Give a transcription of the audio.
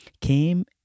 came